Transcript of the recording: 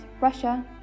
Russia